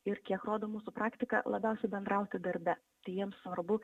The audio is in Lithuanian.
ir kiek rodo mūsų praktika labiausiai bendrauti darbe tai jiems svarbu